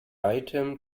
item